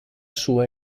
sua